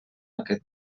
aquest